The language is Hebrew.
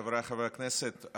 חבריי חברי הכנסת,